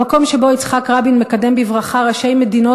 במקום שבו יצחק רבין מקדם בברכה ראשי מדינות